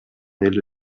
эле